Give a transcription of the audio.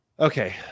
okay